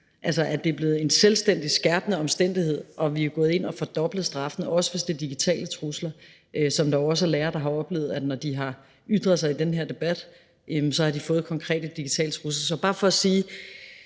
Altså, det er blevet en selvstændig skærpende omstændighed. Vi er gået ind og har fordoblet straffene, også hvis det er digitale trusler, som der jo også er lærere der har oplevet. Når de har ytret sig i den her debat, har de fået konkrete digitale trusler. Det er bare for at sige,